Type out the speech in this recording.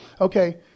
Okay